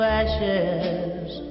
ashes